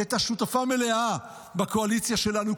היא הייתה שותפה מלאה בקואליציה שלנו,